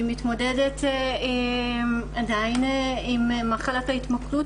אני מתמודדת עדיין עם מכת ההתמכרות.